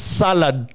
salad